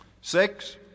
Six